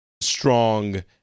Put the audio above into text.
strong